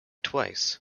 twice